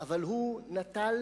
ואפילו